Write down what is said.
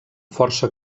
força